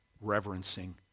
reverencing